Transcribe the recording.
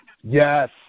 Yes